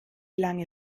lange